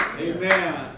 Amen